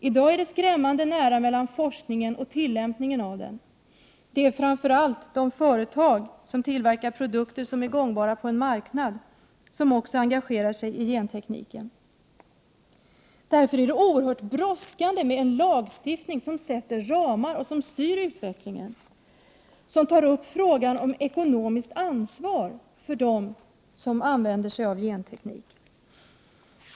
I dag är det skrämmande nära mellan forskningen och tillämpningen av den. Det är framför allt de företag som tillverkar produkter som är gångbara på en marknad som också engagerar sig i gentekniken. Därför är det oerhört brådskande med en lagstiftning som sätter ramar, styr utvecklingen och som tar upp frågan om ekonomiskt ansvar för dem som använder sig av genteknik.